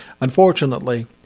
Unfortunately